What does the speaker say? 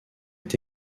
est